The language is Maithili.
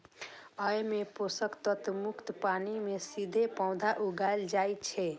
अय मे पोषक तत्व युक्त पानि मे सीधे पौधा उगाएल जाइ छै